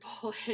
Bullet